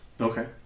Okay